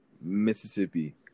Mississippi